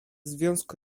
związku